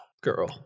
girl